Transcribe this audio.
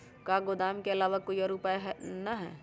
का गोदाम के आलावा कोई और उपाय न ह?